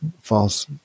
false